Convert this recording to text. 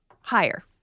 Higher